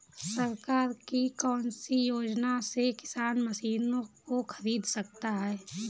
सरकार की कौन सी योजना से किसान मशीनों को खरीद सकता है?